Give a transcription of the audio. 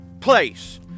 place